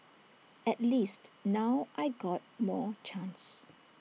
at least now I got more chance